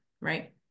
Right